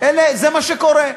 זה מה שקורה.